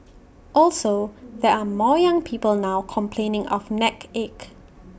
also there are more young people now complaining of neck ache